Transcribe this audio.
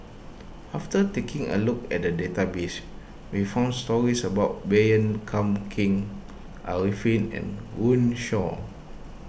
after taking a look at the database we found stories about Baey Yam Keng Arifin and Runme Shaw